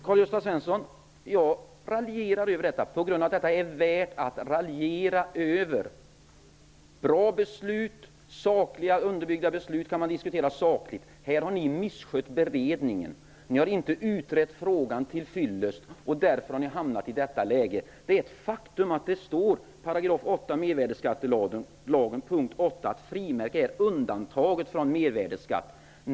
Fru talman! Jag raljerar över detta därför att det är värt att raljera över, Karl-Gösta Svenson. Bra och sakligt underbyggda beslut kan man diskutera sakligt, men i detta fall har ni misskött beredningen. Ni har inte utrett frågan till fyllest, och därför har ni hamnat i detta läge. Det är ett faktum att det i förslaget till mervärdesskattelag § 8 stadgas att frimärke är undantaget från mervärdesskatt.